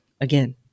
again